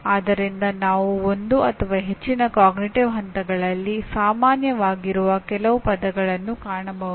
ಆದ್ದರಿಂದ ನಾವು ಒಂದು ಅಥವಾ ಹೆಚ್ಚಿನ ಅರಿವಿನ ಹಂತಗಳಲ್ಲಿ ಸಾಮಾನ್ಯವಾಗಿರುವ ಕೆಲವು ಪದಗಳನ್ನು ಕಾಣಬಹುದು